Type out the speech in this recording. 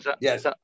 Yes